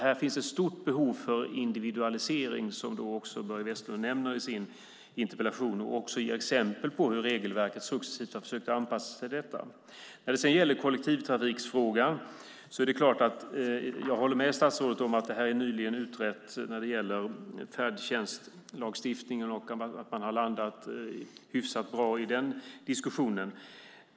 Här finns ett stort behov av individualisering, som också Börje Vestlund nämner i interpellationen och ger exempel på hur man successivt har försökt anpassa regelverket till detta. När det gäller kollektivtrafikfrågan är det klart att jag håller med statsrådet om att färdtjänstlagstiftningen nyligen har blivit utredd och att man har landat hyfsat bra i den diskussionen.